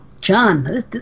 John